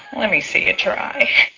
let me see you try.